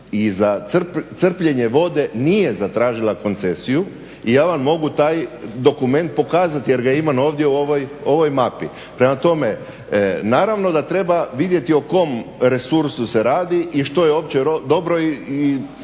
i za crpljenje vode nije zatražila koncesiju i ja vam mogu taj dokument pokazati jer ga imam ovdje u ovoj mapi. Prema tome, naravno da treba vidjeti o kom resursu se radi i što je opće dobro i